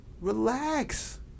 Relax